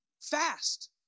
Fast